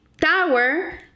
tower